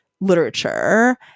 literature